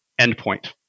endpoint